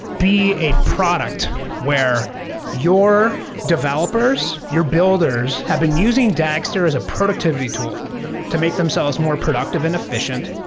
be a product where your developers, your builders have been using dagster as a productivity tool to make themselves more productive and efficient,